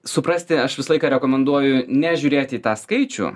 suprasti aš visą laiką rekomenduoju nežiūrėti į tą skaičių